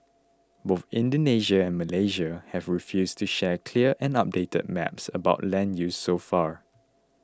both Indonesia and Malaysia have refused to share clear and updated maps about land use so far